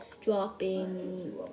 dropping